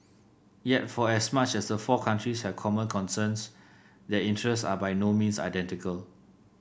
yet for as much as the four countries have common concerns their interests are by no means identical